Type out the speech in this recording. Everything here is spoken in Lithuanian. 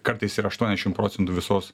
kartais ir aštuonešim procentų visos